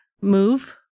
move